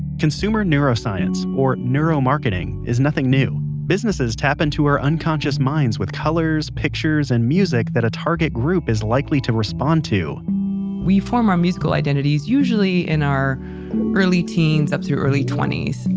consumer neuroscience, or neuromarketing, is nothing new. businesses tap into our unconscious minds with colours, pictures, and music that a target group is likely to respond to we form our musical identities, usually in our early teens up to early twenty s.